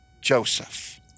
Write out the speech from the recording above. Joseph